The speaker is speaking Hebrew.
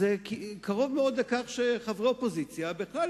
זה קרוב מאוד לכך שחברי אופוזיציה בכלל